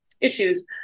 issues